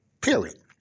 Period